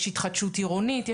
יש התחדשות עירונית,